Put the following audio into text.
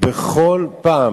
בכל פעם